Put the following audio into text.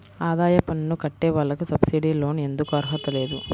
ఆదాయ పన్ను కట్టే వాళ్లకు సబ్సిడీ లోన్ ఎందుకు అర్హత లేదు?